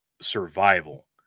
survival